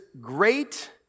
great